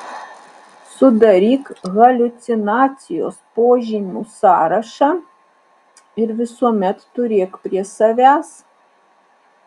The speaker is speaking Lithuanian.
sudaryk haliucinacijos požymių sąrašą ir visuomet turėk prie savęs